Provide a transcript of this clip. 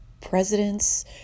Presidents